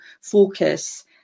focus